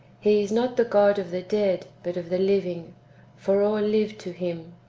he is not the god of the dead, but of the living for all live to him.